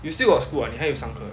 you still got school ah 你还有上课